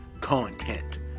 content